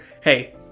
Hey